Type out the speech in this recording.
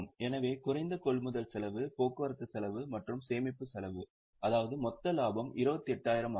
எனவே குறைந்த கொள்முதல் செலவு போக்குவரத்து செலவு மற்றும் சேமிப்பு செலவு அதாவது மொத்த லாபம் 28000 ஆகும்